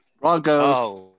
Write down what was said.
Broncos